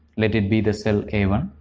let it be the cell a one.